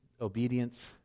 obedience